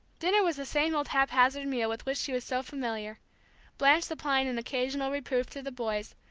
dinner was the same old haphazard meal with which she was so familiar blanche supplying an occasional reproof to the boys,